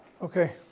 Okay